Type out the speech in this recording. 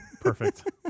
Perfect